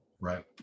right